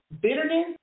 Bitterness